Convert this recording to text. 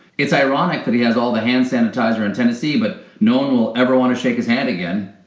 it's ironic but he has all the hand sanitizer in tennessee but no one will ever want to shake his hand again.